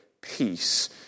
peace